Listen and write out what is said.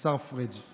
השר פריג'.